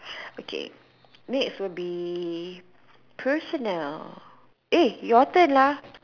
okay next will be personal eh your turn lah